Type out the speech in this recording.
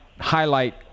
highlight